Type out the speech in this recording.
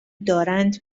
دارند